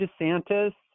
DeSantis